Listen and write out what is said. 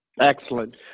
Excellent